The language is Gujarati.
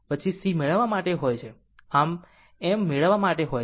પછી C મેળવવા માટે હોય છે m મેળવવા માટે હોય છે